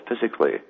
physically